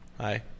Hi